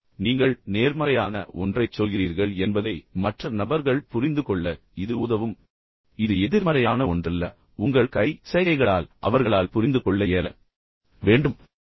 எனவே நீங்கள் நேர்மறையான ஒன்றைச் சொல்கிறீர்கள் என்பதை மற்ற நபர்கள் புரிந்துகொள்ள இது உதவும் இது எதிர்மறையான ஒன்றல்ல உங்கள் கை சைகைகளால் அவர்களால் புரிந்து கொள்ள இயல வேண்டும்